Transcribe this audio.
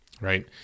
right